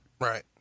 Right